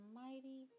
mighty